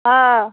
हँ